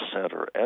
center